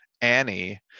Annie